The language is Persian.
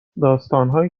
داستانهایی